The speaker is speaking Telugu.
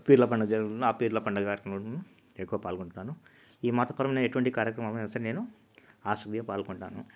పీర్ల పండగ జరుగుతుందిఆ పీర్ల పండగ కార్యక్రమములో ఎక్కువ పాల్గొంటాను ఈ మతపరమయిన ఎటువంటి కార్యక్రమమునయినా సరే నేను ఆశగా పాల్గొంటాను